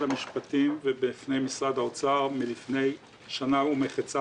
המשפטים ובפני משרד האוצר לפני שנה וחצי,